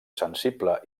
sensible